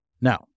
Now